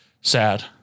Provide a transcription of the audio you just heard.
Sad